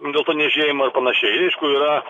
dėl to niežėjimo ir panašiai aišku yra